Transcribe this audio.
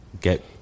get